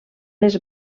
les